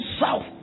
south